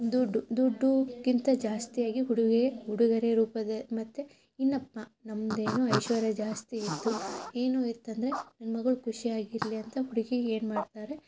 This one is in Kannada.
ದುಡ್ಡು ದುಡ್ಡಿಗಿಂತ ಜಾಸ್ತಿಯಾಗಿ ಹುಡುಗೆ ಉಡುಗೊರೆ ರೂಪದ ಮತ್ತು ಇನ್ನಪ್ಪ ನಮ್ದು ಏನು ಐಶ್ವರ್ಯ ಜಾಸ್ತಿ ಇತ್ತು ಏನು ಇತ್ತಂದರೆ ನನ್ನ ಮಗ್ಳು ಖುಷಿಯಾಗಿರಲಿ ಅಂತ ಹುಡ್ಗಿಗೆ ಏನು ಮಾಡ್ತಾರೆ